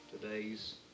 today's